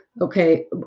Okay